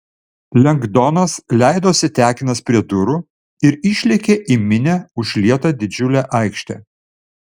lengdonas leidosi tekinas prie durų ir išlėkė į minia užlietą didžiulę aikštę